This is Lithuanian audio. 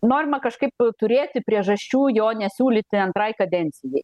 norima kažkaip turėti priežasčių jo nesiūlyti antrai kadencijai